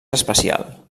especial